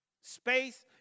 space